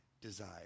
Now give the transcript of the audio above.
desire